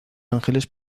ángeles